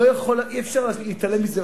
אי-אפשר להתעלם מזה,